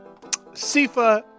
Sifa